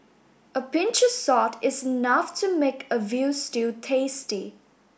a pinch of salt is enough to make a veal stew tasty